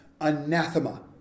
anathema